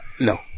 No